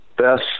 best